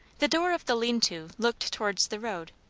the door of the lean-to looked towards the road,